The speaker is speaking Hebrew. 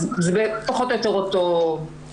אז זה פחות או יותר אותו אחוז,